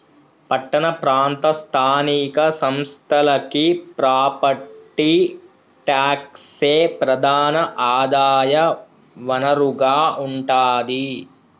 పట్టణ ప్రాంత స్థానిక సంస్థలకి ప్రాపర్టీ ట్యాక్సే ప్రధాన ఆదాయ వనరుగా ఉంటాది